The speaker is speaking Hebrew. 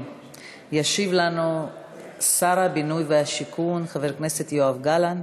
ישיב לנו שר הבינוי והשיכון חבר הכנסת יואב גלנט.